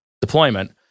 deployment